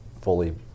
fully